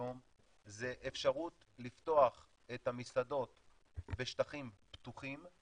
היום זה אפשרות לפתוח את המסעדות בשטחים פתוחים,